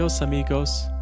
Amigos